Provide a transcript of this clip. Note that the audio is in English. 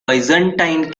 byzantine